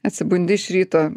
atsibundi iš ryto